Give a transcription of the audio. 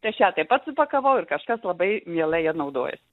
tai aš ją taip pat supakavau ir kažkas labai mielai ja naudojas